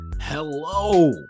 Hello